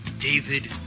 David